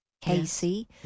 Casey